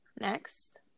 next